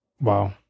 Wow